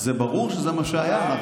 זה ברור שזה מה שהיה.